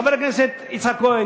חבר הכנסת יצחק כהן,